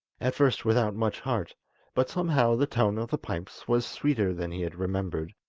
at first without much heart but somehow the tone of the pipes was sweeter than he had remembered,